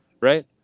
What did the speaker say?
right